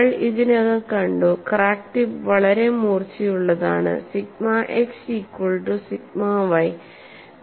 നമ്മൾ ഇതിനകം കണ്ടു ക്രാക്ക് ടിപ്പ് വളരെ മൂർച്ചയുള്ളതാണ് sigma x equal to sigma y